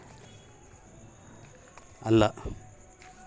ನಮ್ಮ ಬೆಳೆ ಒಣಗಿ ಹೋಗ್ತಿದ್ರ ಅದ್ಕೆ ಬಿಸಿಲೆ ಕಾರಣನ?